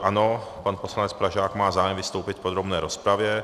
Ano, pan poslanec Pražák má zájem vystoupit v podrobné rozpravě.